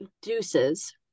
deuces